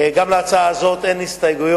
גם להצעת חוק זו אין הסתייגויות,